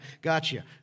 gotcha